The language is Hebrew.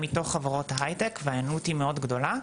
מתוך חברות ההייטק וההיענות היא מאוד גדולה.